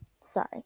Sorry